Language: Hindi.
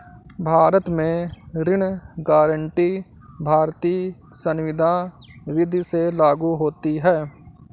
भारत में ऋण गारंटी भारतीय संविदा विदी से लागू होती है